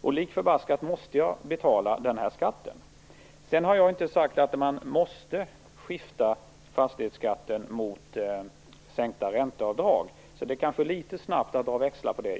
Och lik förbaskat måste man betala denna skatt. Jag har inte sagt att man måste skifta fastighetsskatten mot sänkta ränteavdrag. Det kanske är litet tidigt att dra växlar på det.